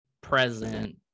present